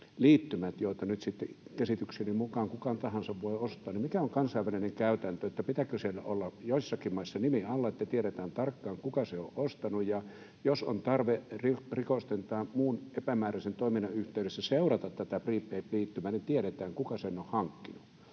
prepaid-liittymät, joita nyt sitten käsitykseni mukaan kuka tahansa voi ostaa: Mikä on kansainvälinen käytäntö? Pitääkö siellä olla joissakin maissa nimi alla, että tiedetään tarkkaan, kuka sen on ostanut, niin että jos on tarve rikosten tai muun epämääräisen toiminnan yhteydessä seurata tätä prepaid-liittymää, tiedetään, kuka sen on hankkinut?